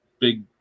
big